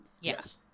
Yes